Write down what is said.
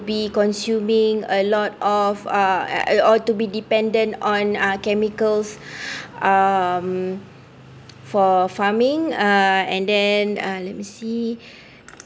be consuming a lot of err uh or to be dependant on uh chemicals um for farming uh and then uh let me see